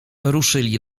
ruszyli